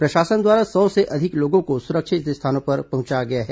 प्रशासन द्वारा सौ से अधिक लोगों को सुरक्षित स्थानों पर पहुंचाया गया है